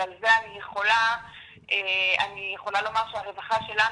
ועל זה אני יכולה לומר שהרווחה שלנו,